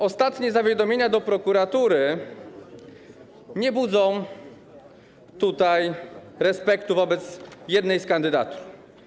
Ostatnie zawiadomienia do prokuratury nie budzą respektu wobec jednej z kandydatur.